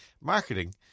Marketing